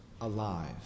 alive